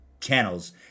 channels